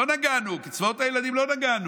לא נגענו, בקצבאות הילדים לא נגענו.